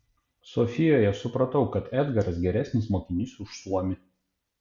sofijoje supratau kad edgaras geresnis mokinys už suomį